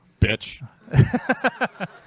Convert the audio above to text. Bitch